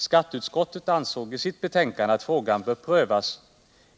Skatteutskottet ansåg i sitt yttrande att frågan bör prövas